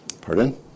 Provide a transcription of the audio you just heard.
Pardon